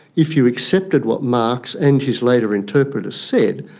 if you accepted what marx and his later interpreters said,